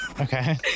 Okay